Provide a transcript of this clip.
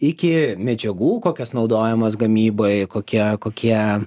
iki medžiagų kokios naudojamos gamybai kokia kokie